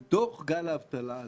בתוך גל האבטלה הזה,